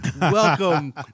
welcome